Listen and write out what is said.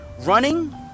running